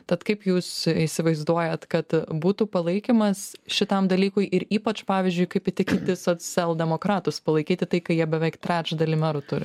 tad kaip jūs įsivaizduojat kad būtų palaikymas šitam dalykui ir ypač pavyzdžiui kaip įtikinti socialdemokratus palaikyti tai kai jie beveik trečdalį merų turi